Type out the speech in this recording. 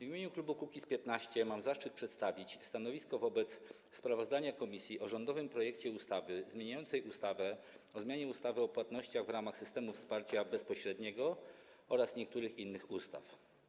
W imieniu klubu Kukiz’15 mam zaszczyt przedstawić stanowisko wobec sprawozdania komisji o rządowym projekcie ustawy zmieniającej ustawę o zmianie ustawy o płatnościach w ramach systemów wsparcia bezpośredniego oraz niektórych innych ustaw.